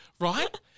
right